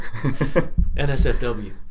NSFW